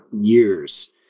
years